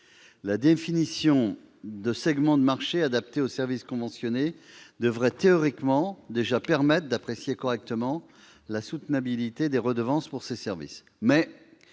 la définition de segments de marché adaptés aux services conventionnés devrait déjà permettre d'apprécier correctement la soutenabilité des redevances pour ces services.